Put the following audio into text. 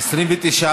6 לא נתקבלה.